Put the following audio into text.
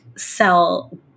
sell